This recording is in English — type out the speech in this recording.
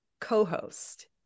co-host